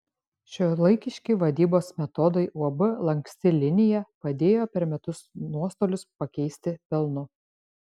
šiuolaikiški vadybos metodai uab lanksti linija padėjo per metus nuostolius pakeisti pelnu